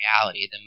reality